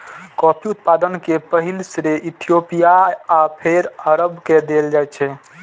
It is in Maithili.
कॉफी उत्पादन के पहिल श्रेय इथियोपिया आ फेर अरब के देल जाइ छै